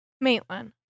Maitland